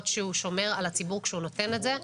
שהוא שומר על הציבור כשהוא נותן את זה.